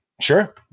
Sure